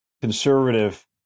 conservative